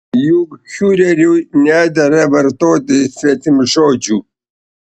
juk fiureriui nedera vartoti svetimžodžių